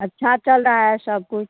अच्छा चल रहा है सब कुछ